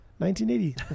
1980